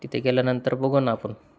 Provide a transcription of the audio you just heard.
तिथे गेल्यानंतर बघू नं आपण